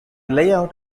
layout